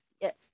yes